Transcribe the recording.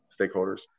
stakeholders